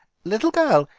little girl,